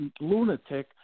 lunatic